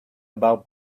about